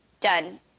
done –